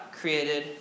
created